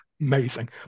amazing